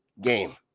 game